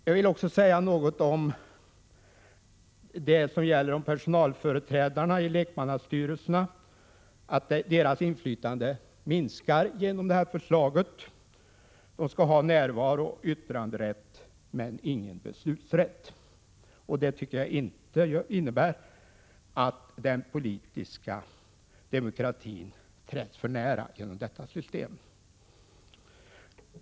Jag vill också säga något om att inflytande för personalföreträdarna i lekmannastyrelserna minskar genom detta förslag. De skall ha närvarooch yttranderätt men ingen beslutsrätt. Jag tycker inte att det innebär att den politiska demokratin träds för när.